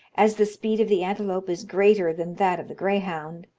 as the speed of the antelope is greater than that of the greyhound,